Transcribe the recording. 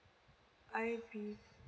I_B